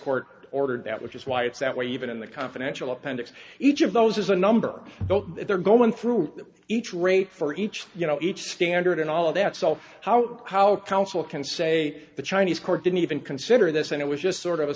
court ordered that which is why it's that way even in the confidential appendix each of those is a number that they're going through each rate for each you know each standard and all of that so how come our council can say the chinese court didn't even consider this and it was just sort of a